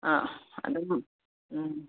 ꯑ ꯑꯗꯨꯝ ꯎꯝ